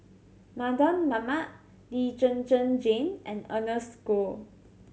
Mardan Mamat Lee Zhen Zhen Jane and Ernest Goh